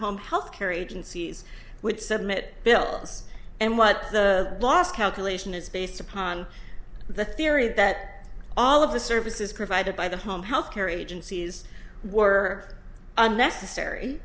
home health care agencies would submit bills and what the last calculation is based upon the theory that all of the services provided by the home health care agencies were unnecessary